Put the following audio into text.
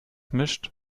mischt